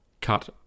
cut